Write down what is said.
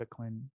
Bitcoin